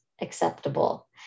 Acceptable